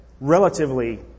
relatively